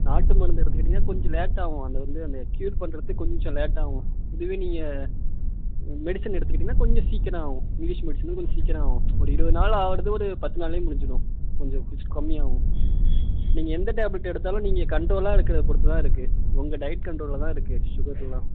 நாட்டு மருந்து எடுத்துக்கிட்டிங்கனா கொஞ்சம் லேட்டாகும் அது வந்து அந்த க்யூர் பண்ணுறதுக்கு கொஞ்சம் லேட்டாகும் இதுவே நீங்கள் மெடிசன் எடுத்துக்கிட்டிங்கனா கொஞ்சம் சீக்கிரம் ஆகும் இங்கிலீஷ் மெடிசன் கொஞ்சம் சீக்கிரம் ஆகும் ஒரு இருபது நாள் ஆகுறது ஒரு பத்து நாள்லேயே முடிஞ்சிடும் கொஞ்சம் ஃபீஸ் கம்மியாகும் நீங்கள் எந்த டேப்லெட் எடுத்தாலும் நீங்கள் கண்ட்ரோலாக இருக்கிறத பொறுத்து தான் இருக்குது உங்கள் டையட் கண்ட்ரோலில் தான் இருக்குது சுகருலாம்